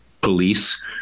Police